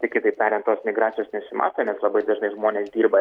tai kitaip tariant tos migracijos nesimato nes labai dažnai žmonės dirba